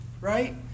right